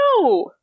no